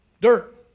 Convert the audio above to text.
dirt